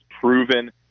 proven